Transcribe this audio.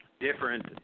different